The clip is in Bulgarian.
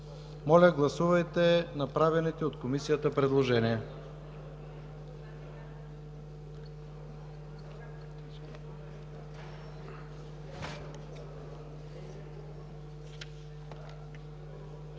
Моля, гласувайте направените от Комисията предложения.